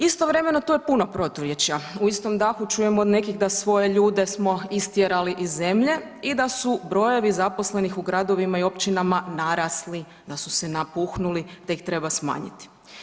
Istovremeno to je puno proturječja, u istom dahu čujem od nekih da svoje ljude smo istjerali iz zemlje i da su brojevi zaposlenih u gradovima i općinama narasli, da su se napuhnuli, da ih treba smanjiti.